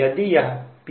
यदि यह Pi से ज्यादा है